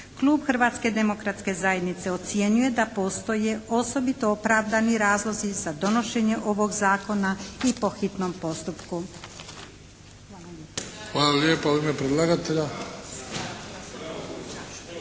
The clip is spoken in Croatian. klub Hrvatske demokratske zajednice ocjenjuje da postoje osobito opravdani razlozi za donošenje ovog Zakona i po hitnom postupku. Hvala lijepa. **Bebić, Luka